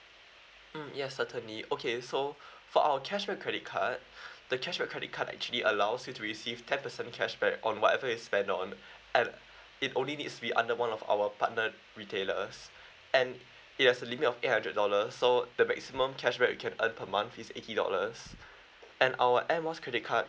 mm yes certainly okay so for our cashback credit card the cashback credit card actually allows you to receive ten percent cashback on whatever you spend on and it only needs be under one of our partnered retailers and it has a limit of eight hundred dollars so uh the maximum cashback you can earn per month is eighty dollars and our air miles credit card